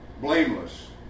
blameless